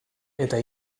eta